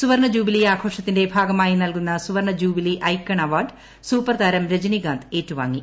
സുവർണ ജൂബിലി ആഘോഷത്തിന്റെ ഭാഗമായി നൽകുന്ന സുവർണ ജൂബിലി ഐക്കൺ അവാർഡ്ട്സൂപ്പർ താരം രജനീകാന്ത് ഏറ്റുവാങ്ങി